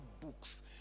books